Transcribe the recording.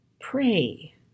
Pray